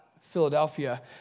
Philadelphia